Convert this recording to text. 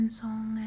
song